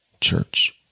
church